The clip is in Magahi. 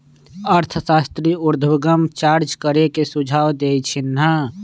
अर्थशास्त्री उर्ध्वगम चार्ज करे के सुझाव देइ छिन्ह